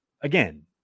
again